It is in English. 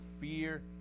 fear